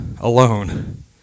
alone